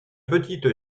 petite